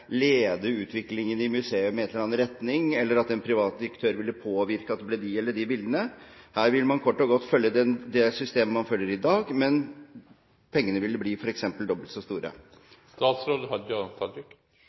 lede utviklingen av museet i en eller annen retning, eller at en privat aktør ville påvirke at det ble de eller de bildene. Man ville kort og godt følge det systemet man følger i dag, men pengene ville bli f.eks. dobbelt så store.